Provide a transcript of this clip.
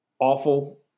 awful